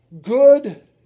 Good